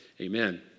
Amen